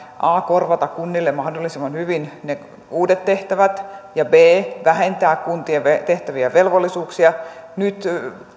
a korvata kunnille mahdollisimman hyvin ne uudet tehtävät ja b vähentää kuntien tehtäviä ja velvollisuuksia nyt